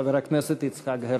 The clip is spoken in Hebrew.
חבר הכנסת יצחק הרצוג.